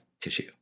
tissue